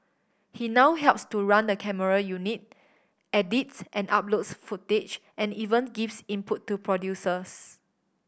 he now helps to run the camera unit edits and uploads footage and even gives input to producers